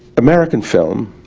american film